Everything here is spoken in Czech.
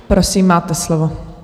Prosím, máte slovo.